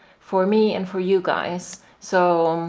for me and for you guys so,